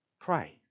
Pray